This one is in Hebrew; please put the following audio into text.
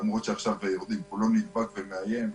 למרות שעכשיו יורדים כולו נדבק ומאיים.